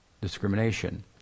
discrimination